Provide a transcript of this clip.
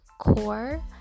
core